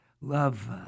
love